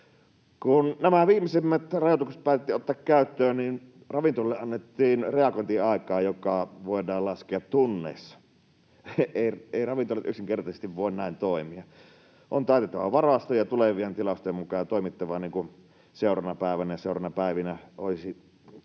Kun nämä viimeisimmät rajoitukset päätettiin ottaa käyttöön, niin ravintoloille annettiin reagointiaika, joka voidaan laskea tunneissa. Eivät ravintolat yksinkertaisesti voi toimia näin. On täyteltävä varastoja tulevien tilausten mukaan ja toimittava kuin seuraavana päivänä ja seuraavina päivinä olisivat ihan